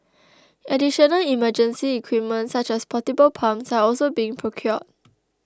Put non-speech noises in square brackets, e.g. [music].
[noise] additional emergency equipment such as portable pumps are also being procured